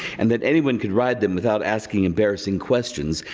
and that anyone can ride them without asking embarrassing questions,